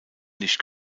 nicht